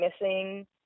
missing